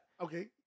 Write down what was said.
Okay